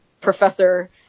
professor